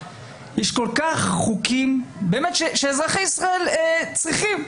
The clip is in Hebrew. יש חוקים שאזרחי ישראל צריכים,